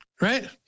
Right